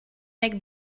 make